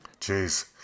Jeez